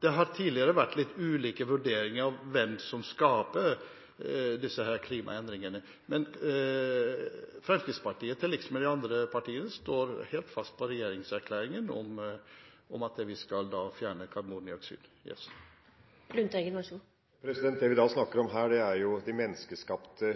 Det har tidligere vært litt ulike vurderinger av hvem som skaper disse klimaendringene. Men Fremskrittspartiet, til liks med de andre partiene, står helt fast på regjeringserklæringen om at vi skal fjerne karbondioksid. Det vi snakker om her, er de menneskeskapte